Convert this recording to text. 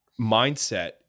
mindset